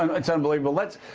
um it's unbelievable. it's